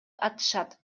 атышат